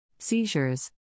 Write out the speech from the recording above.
Seizures